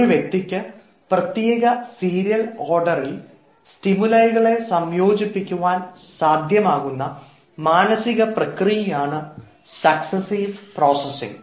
ഒരു വ്യക്തിക്ക് പ്രത്യേക സീരിയൽ ഓർഡറിൽ സ്റ്റിമുലൈയ്കളെ സംയോജിപ്പിക്കാൻ സാധ്യമാകുന്ന മാനസിക പ്രക്രിയയാണ് സക്സ്സീവ് പ്രോസസിംഗ്